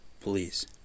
Please